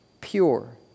pure